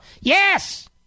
Yes